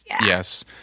Yes